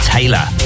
Taylor